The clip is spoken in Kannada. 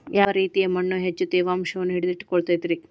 ಯಾವ ರೇತಿಯ ಮಣ್ಣ ಹೆಚ್ಚು ತೇವಾಂಶವನ್ನ ಹಿಡಿದಿಟ್ಟುಕೊಳ್ಳತೈತ್ರಿ?